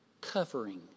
covering